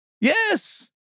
Yes